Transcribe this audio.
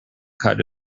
cut